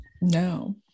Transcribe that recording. no